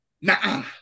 nah